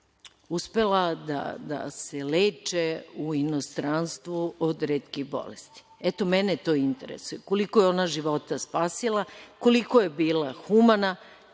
uspela da se leče u inostranstvu o retkih bolesti? Eto, mene to interesuje, koliko je ona života spasila, koliko je bila humana